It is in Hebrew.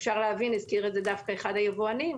אפשר להבין והזכיר את זה דווקא אחד היבואנים,